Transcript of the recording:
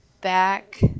back